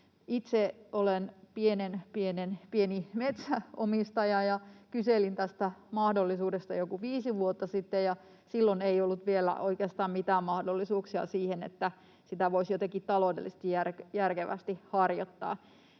pienen pieni metsänomistaja ja kyselin tästä mahdollisuudesta joku viisi vuotta sitten, ja silloin ei ollut vielä oikeastaan mitään mahdollisuuksia siihen, että sitä voisi jotenkin taloudellisesti järkevästi harjoittaa.